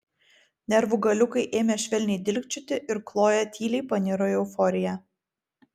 nervų galiukai ėmė švelniai dilgčioti ir kloja tyliai paniro į euforiją